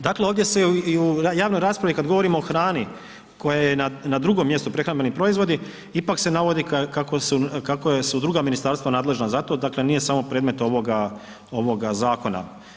Dakle, ovdje se i u javnoj raspravi kad govorimo o hrani koja je na drugom mjestu prehrambeni proizvodi ipak se navodi kako su, kako su druga ministarstva nadležna za to, dakle nije samo predmet ovoga, ovoga zakona.